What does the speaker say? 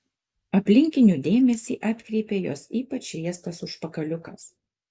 aplinkinių dėmesį atkreipė jos ypač riestas užpakaliukas